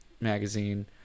magazine